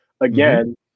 again